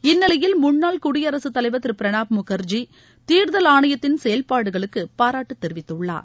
இந்நிலையில் முன்னாள் குடியரசுத் தலைவர் திரு பிரணாப் முகர்ஜி தேர்தல் ஆணையத்தின் செயல்பாடுகளுக்கு பாராட்டு தெரிவித்துள்ளார்